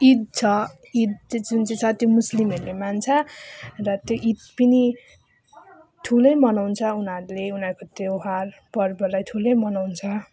ईद छ ईद चाहिँ जुन चाहिँ छ त्यो मुस्लिमहरूले मान्छ र त्यो ईद पनि ठुलै मनाउँछ उनीहरूले उनीहरूको त्योहार पर्वलाई ठुलै मनाउँछ